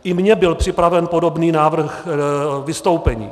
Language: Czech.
I mně byl připraven podobný návrh vystoupení.